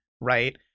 right